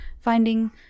finding